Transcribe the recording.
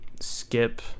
skip